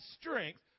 strength